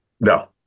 No